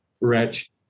wretch